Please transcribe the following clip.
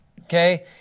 okay